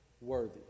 Worthy